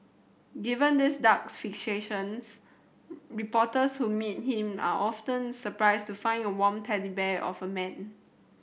given these dark fixations reporters who meet him are often surprised to find a warm teddy bear of a man